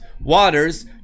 waters